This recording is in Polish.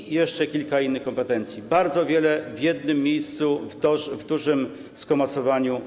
I jeszcze kilka innych kompetencji - bardzo wiele, w jednym miejscu, w dużym skomasowaniu.